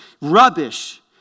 rubbish